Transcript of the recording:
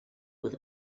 with